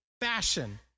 fashion